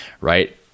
right